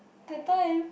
that time